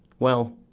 well,